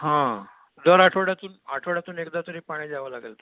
हां दर आठवड्यातून आठवड्यातून एकदा तरी पाणी द्यावं लागेल तुला